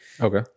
okay